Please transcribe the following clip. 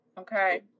okay